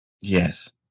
Yes